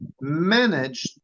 managed